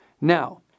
Now